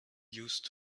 used